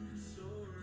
so